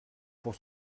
pour